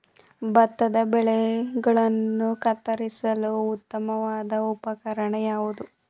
ಭತ್ತದ ಬೆಳೆಗಳನ್ನು ಕತ್ತರಿಸಲು ಉತ್ತಮವಾದ ಉಪಕರಣ ಯಾವುದು?